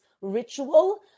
ritual